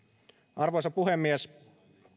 arvoisa puhemies